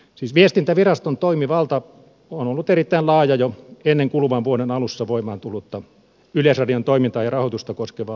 siis viestintäviraston toimivalta on ollut erittäin laaja jo ennen kuluvan vuoden alussa voimaan tullutta yleisradion toimintaa ja rahoitusta koskevaa lainmuutosta